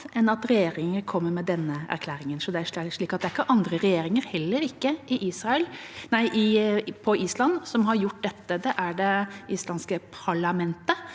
enn at regjeringer kommer med denne erklæringen. Det er ikke andre regjeringer, heller ikke på Island, som har gjort dette. Det er det islandske parlamentet,